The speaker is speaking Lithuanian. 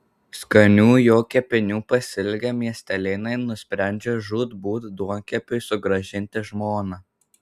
skanių jo kepinių pasiilgę miestelėnai nusprendžia žūtbūt duonkepiui sugrąžinti žmoną